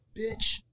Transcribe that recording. bitch